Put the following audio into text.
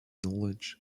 knowledge